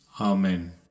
Amen